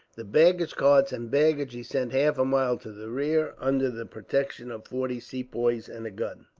the baggage carts and baggage he sent half a mile to the rear, under the protection of forty sepoys and a gun.